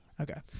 Okay